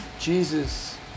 Jesus